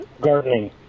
gardening